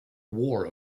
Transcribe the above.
war